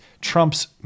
Trump's